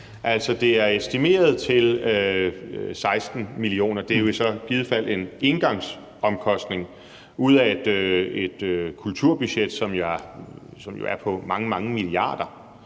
det er estimeret til 16 mio. kr., og det er jo i givet fald så en engangsomkostning ud af et kulturbudget, som jo er på mange, mange milliarder